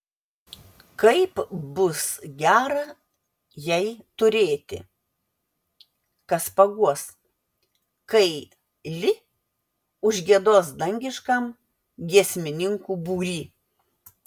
kaip bus gera jai turėti kas paguos kai li užgiedos dangiškam giesmininkų būry